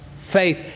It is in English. Faith